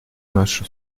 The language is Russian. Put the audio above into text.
нашу